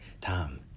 Tom